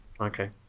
Okay